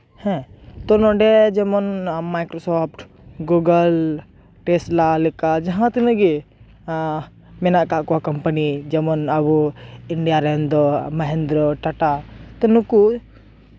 ᱦᱮᱸ ᱛᱚ ᱱᱚᱸᱰᱮ ᱡᱮᱢᱚᱱ ᱢᱟᱭᱠᱨᱳᱥᱚᱯᱴ ᱜᱩᱜᱚᱞ ᱯᱮᱥᱞᱟ ᱞᱮᱠᱟᱱ ᱡᱟᱦᱟᱸ ᱛᱤᱱᱟᱹᱜ ᱜᱮ ᱢᱮᱱᱟᱜ ᱠᱟᱜ ᱠᱚᱣᱟ ᱠᱳᱢᱯᱟᱱᱤ ᱡᱮᱢᱚᱱ ᱟᱵᱚ ᱤᱱᱰᱤᱭᱟ ᱨᱮᱱ ᱫᱚ ᱢᱚᱦᱮᱱᱫᱨᱚ ᱴᱟᱴᱟ ᱛᱚ ᱱᱩᱠᱩ